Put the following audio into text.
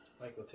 Michael